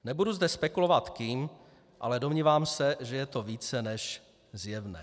Nebudu zde spekulovat kým, ale domnívám se, že je to více než zjevné.